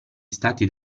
stati